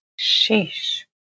sheesh